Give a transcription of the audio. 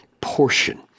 portion